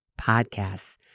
podcasts